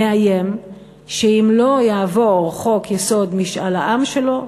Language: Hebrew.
מאיים שאם לא יעבור חוק-יסוד: משאל העם שלו,